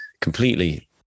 completely